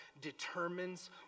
determines